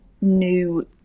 new